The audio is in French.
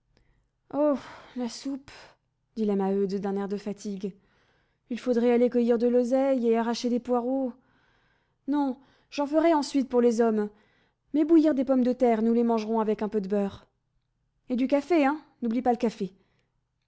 dit la maheude d'un air de fatigue il faudrait aller cueillir de l'oseille et arracher des poireaux non j'en ferai ensuite pour les hommes mets bouillir des pommes de terre nous les mangerons avec un peu de beurre et du café hein n'oublie pas le café